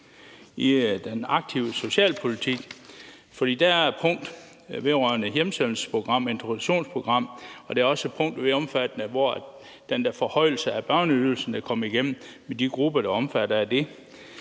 om den aktive socialpolitik, for der er et punkt vedrørende et hjemsendelsesprogram, et introduktionsprogram, og der er et punkt, som omfatter den forhøjelse af børneydelsen, der er kommet igennem, til de grupper, der er omfattet af det.